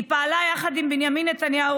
היא פעלה יחד עם בנימין נתניהו,